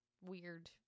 weird